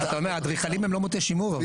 אתה אומר שהאדריכלים הם לא מוטי שימור.